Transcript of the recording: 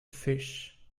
fish